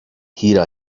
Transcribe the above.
here